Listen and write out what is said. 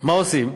מה עושים?